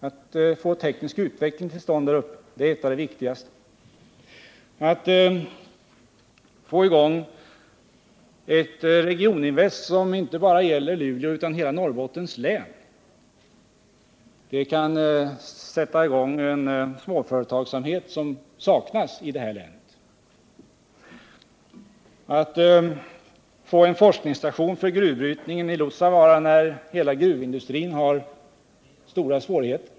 Att få till stånd en teknisk utveckling där uppe är ett av de viktigaste stegen framåt. Vidare satsar vi på att få i gång Regioninvest i Norr AB, vars verksamhet inte bara gäller Luleå utan hela Norrbottens län. Den kan leda till att en småföretagsamhet som nu saknas i länet kommer i gång. Vi vill vidare inrätta en forskningsstation för gruvbrytningen i Luossavaara, i ett läge när hela gruvindustrin har stora svårigheter.